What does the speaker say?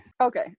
Okay